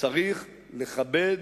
צריך לכבד